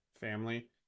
family